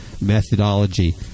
methodology